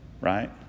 right